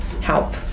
help